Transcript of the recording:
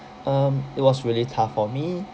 um it was really tough for me